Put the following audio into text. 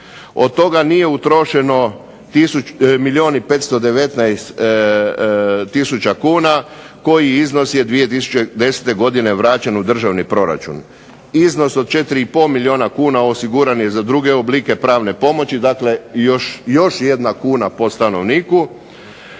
Od toga nije utrošeno milijun i 519 tisuća kuna koji iznos je 2010. godine vraćen u državni proračun. Iznos od 4,5 milijuna kuna osiguran je za druge oblike pravne pomoći, dakle još 1 kuna po stanovniku.